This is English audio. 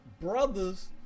brothers